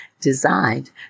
designed